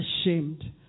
ashamed